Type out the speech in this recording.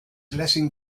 lessing